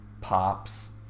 pops